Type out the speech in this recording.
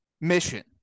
mission